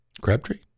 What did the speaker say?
Crabtree